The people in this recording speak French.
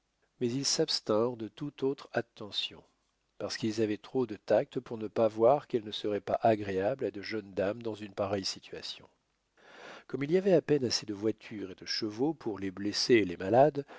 mais ils s'abstinrent de tout autres attentions parce qu'ils avaient trop de tact pour ne pas voir qu'elles ne seraient pas agréables à de jeunes dames dans une pareille situation comme il y avait à peine assez de voitures et de chevaux pour les blessés et les malades